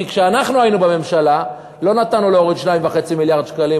כי כשאנחנו היינו בממשלה לא נתנו להוריד 2.5 מיליארד שקלים,